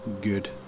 good